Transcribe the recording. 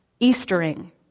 Eastering